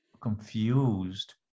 confused